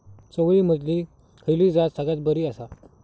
चवळीमधली खयली जात सगळ्यात बरी आसा?